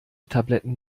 tabletten